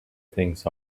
things